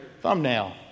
thumbnail